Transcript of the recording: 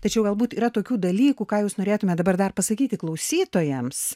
tačiau galbūt yra tokių dalykų ką jūs norėtumėt dabar dar pasakyti klausytojams